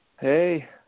hey